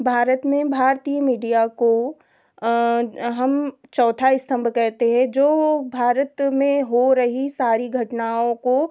भारत में भारतीय मीडिया को हम चौथा स्तम्भ कहते हैं जो भारत में हो रही सारी घटनाओं को